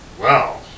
Wow